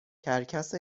کرکس